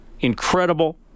Incredible